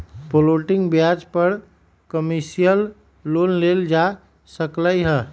floating ब्याज पर commercial loan लेल जा सकलई ह